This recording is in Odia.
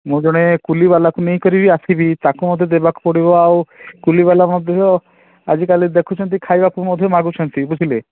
ମୁଁ ଜଣେ କୁଲିବାଲାକୁ ନେଇ କରି ଆସିବି ତାକୁ ମୋତେ ଦେବାକୁ ପଡ଼ିବ ଆଉ କୁଲିବାଲା ମଧ୍ୟ ଆଜିକାଲି ଦେଖୁଛନ୍ତି ଖାଇବାକୁ ମଧ୍ୟ ମାଗୁଛନ୍ତି ବୁଝିଲେ